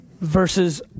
versus